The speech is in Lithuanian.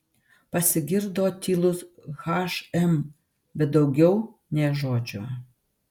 pasigirdo tylus hm bet daugiau nė žodžio